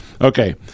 Okay